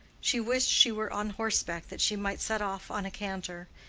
she wished she were on horseback that she might set off on a canter.